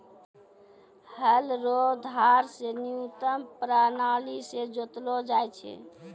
हल रो धार से न्यूतम प्राणाली से जोतलो जाय छै